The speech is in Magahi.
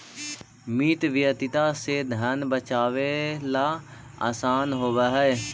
मितव्ययिता से धन बचावेला असान होवऽ हई